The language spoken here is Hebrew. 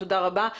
תודה רבה.